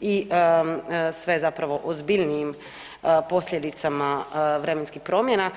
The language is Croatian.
i sve zapravo ozbiljnijim posljedicama vremenskih promjena.